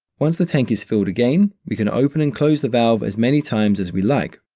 once the tank is filled again, we can open and close the valve as many times as we like.